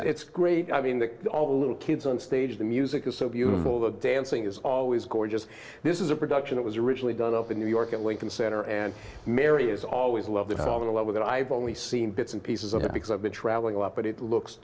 it's great i mean that all the little kids on stage the music is so beautiful the dancing is always gorgeous this is a production it was originally done up in new york at lincoln center and mary is always loved it has all of that with it i've only seen bits and pieces of it because i've been traveling a lot but it looks